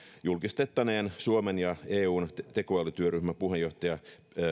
julkistettaneen suomen ja eun tekoälytyöryhmän puheenjohtaja